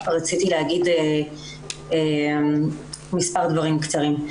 רציתי להגיד מספר דברים קצרים.